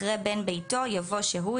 אחרי "בן ביתו" יבוא "שהוא".